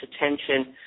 attention